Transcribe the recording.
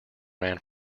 ran